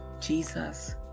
Jesus